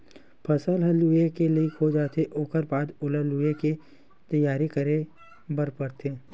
फसल ह लूए के लइक हो जाथे ओखर बाद ओला लुवे के तइयारी करे बर परथे